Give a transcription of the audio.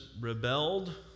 rebelled